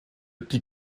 die